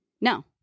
No